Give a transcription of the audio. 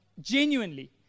genuinely